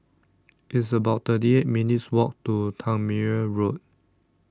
It's about thirty eight minutes' Walk to Tangmere Road